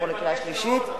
נעבור לקריאה שלישית?